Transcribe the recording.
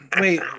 Wait